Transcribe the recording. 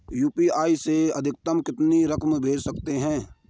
UPI से अधिकतम कितनी रकम भेज सकते हैं?